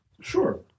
Sure